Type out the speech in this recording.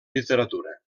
literatura